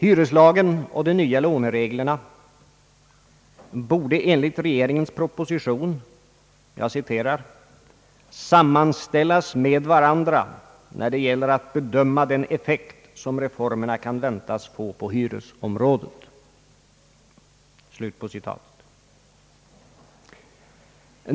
Hyreslagen och de nya lånereglerna borde enligt regeringens proposition »sammanställas med varandra när det gäller att bedöma den effekt som reformerna kan väntas få på hyresområdet».